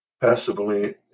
passively